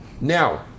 Now